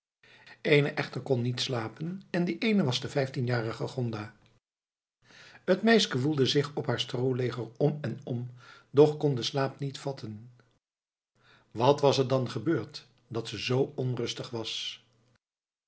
ééne echter kon niet slapen en die eene was de vijftienjarige gonda het meisken woelde zich op haar strooleger om en om doch kon den slaap niet vatten wat was er dan gebeurd dat ze zoo onrustig was